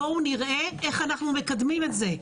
בואו נראה איך אנחנו מקדמים את זה.